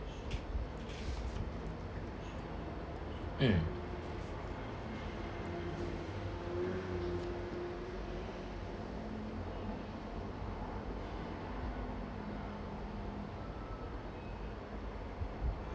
mm